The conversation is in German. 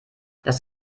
das